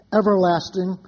everlasting